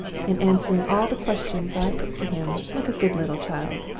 and answering all the questions i put to him like a good little child.